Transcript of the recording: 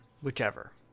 Whichever